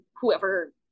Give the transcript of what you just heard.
whoever